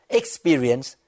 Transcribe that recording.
experience